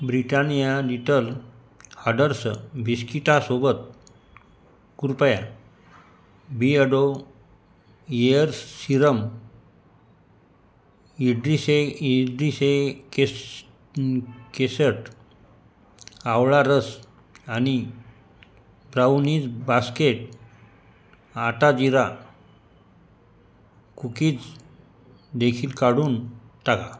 Britannia little हाडर्स बिस्किटासोबत कृपया बिअडो इअर्स सीरम ईडीसे ईडीसेकिट्स किसट आवळा रस आणि ब्राउनीज बास्केट आटा जीरा कुकीज देखील काढून टाका